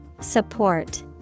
support